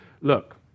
Look